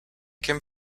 came